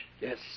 Yes